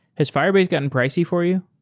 has firebase gotten pricey for you?